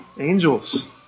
angels